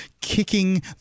kicking